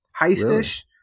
heist-ish